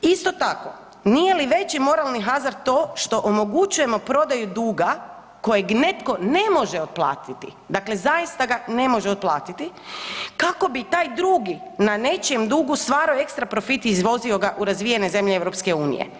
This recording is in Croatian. Isto tako nije li veći moralni hazard to što omogućujemo prodaju duga kojeg netko ne može otplatiti, dakle zaista ga ne može otplatiti kako bi taj drugi na nečijem dugu stvarao ekstra profit i izvozio ga u razvijene zemlje EU.